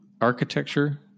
architecture